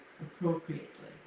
appropriately